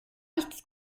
nichts